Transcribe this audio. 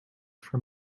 from